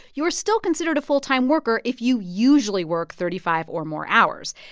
you are still considered a full-time worker if you usually work thirty five or more hours.